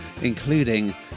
including